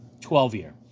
12-year